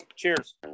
Cheers